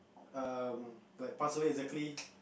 um like pass away exactly